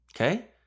Okay